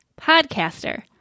podcaster